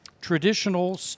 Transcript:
traditional